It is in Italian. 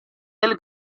del